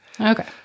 Okay